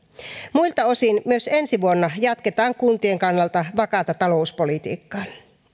muilta osin myös ensi vuonna jatketaan kuntien kannalta vakaata talouspolitiikkaa